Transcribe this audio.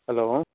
hello